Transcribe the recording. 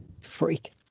Freak